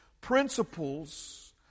principles